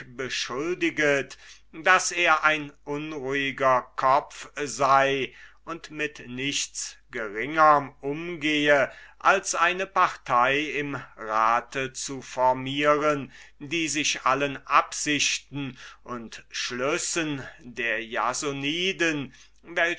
beschuldiget daß er ein unruhiger kopf sei und mit nichts geringerm umgehe als eine partei im rate zu formieren welche sich allen absichten und schlüssen der jasoniden